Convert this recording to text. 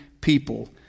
people